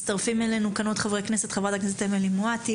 מצטרפים אלינו כאן עוד חברי כנסת: אמילי מואטי,